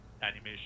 animation